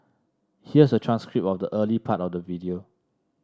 here's a transcript of the early part of the video